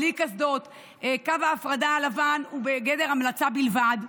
בלי קסדות, קו ההפרדה הלבן הוא בגדר המלצה בלבד,